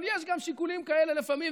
אבל יש גם שיקולים כאלה לפעמים,